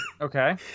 Okay